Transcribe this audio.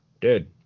dude